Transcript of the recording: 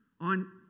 on